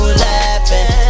laughing